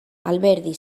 alberdi